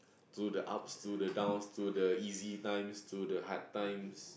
to the ups to to the downs to the easy times to the hard times